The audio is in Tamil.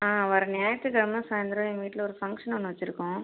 ஆ வர ஞாயிற்றுக்கிழம சாய்ந்திரம் எங்கள் வீட்டில் ஒரு ஃபங்க்ஷன் ஒன்று வச்சுருக்கோம்